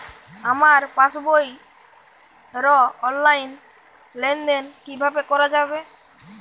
আমার পাসবই র অনলাইন লেনদেন কিভাবে করা যাবে?